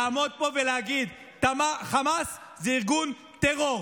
לעמוד פה ולהגיד: חמאס זה ארגון טרור,